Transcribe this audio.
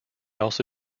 also